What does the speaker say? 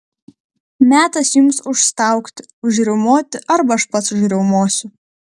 metas jums užstaugti užriaumoti arba aš pats užriaumosiu